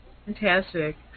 Fantastic